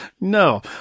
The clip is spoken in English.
no